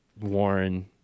Warren